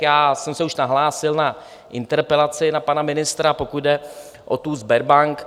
Já jsem se už nahlásil na interpelaci na pana ministra, pokud jde o tu Sberbank.